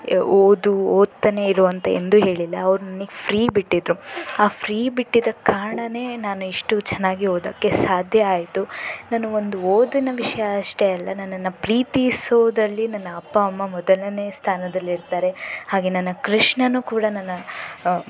ಓದು ಓದ್ತಾನೆ ಇರು ಅಂತ ಎಂದೂ ಹೇಳಿಲ್ಲ ಅವರು ನನಗೆ ಫ್ರೀ ಬಿಟ್ಟಿದ್ದರು ಆ ಫ್ರೀ ಬಿಟ್ಟಿದಕ್ಕೆ ಕಾರಣಾನೇ ನಾನು ಇಷ್ಟು ಚೆನ್ನಾಗಿ ಓದೋಕೆ ಸಾಧ್ಯ ಆಯಿತು ನನ್ನ ಒಂದು ಓದಿನ ವಿಷಯ ಅಷ್ಟೇ ಅಲ್ಲ ನನ್ನನ್ನು ಪ್ರೀತಿಸೋದ್ರಲ್ಲಿ ನನ್ನ ಅಪ್ಪ ಅಮ್ಮ ಮೊದಲನೇ ಸ್ಥಾನದಲ್ಲಿರ್ತಾರೆ ಹಾಗೇ ನನ್ನ ಕೃಷ್ಣನು ಕೂಡ ನನ್ನ ಅ